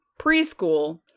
preschool